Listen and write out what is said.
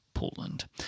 Portland